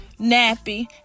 nappy